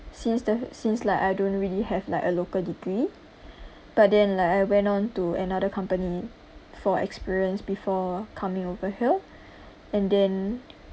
since the since like I don't really have like a local degree but then like I went on to another company for experience before coming over hill and then